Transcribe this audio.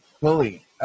fully